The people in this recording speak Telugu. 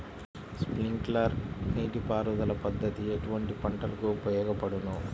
స్ప్రింక్లర్ నీటిపారుదల పద్దతి ఎటువంటి పంటలకు ఉపయోగపడును?